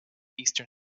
eastern